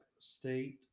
State